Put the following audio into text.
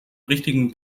richtigen